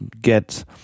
get